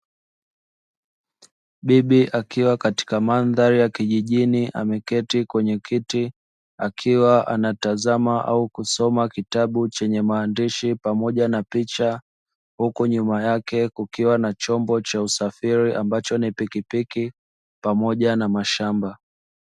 Bibi akiwa katika mandhari ya kijijini ameketi kwenye kiti akiwa anatazama au kusoma kitabu chenye maandishi pamoja na picha, huku nyuma yake kukiwa na chombo cha usafiri ambacho ni pikipiki pamoja na mashamba.